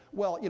well,